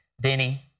Denny